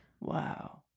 Wow